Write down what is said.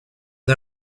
der